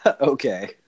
Okay